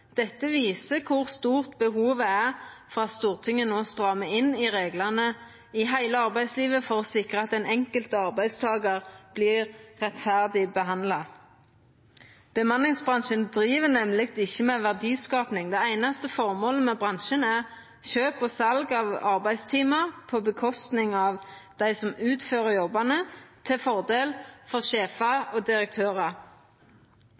Dette viser kor stort behovet er for at Stortinget no strammar inn reglane i heile arbeidslivet for å sikra at den enkelte arbeidstakaren vert rettferdig behandla. Bemanningsbransjen driv nemleg ikkje med verdiskaping. Det einaste formålet med bransjen er kjøp og sal av arbeidstimar på kostnad av dei som utfører jobbane til fordel for